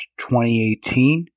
2018